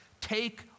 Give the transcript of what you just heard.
Take